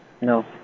No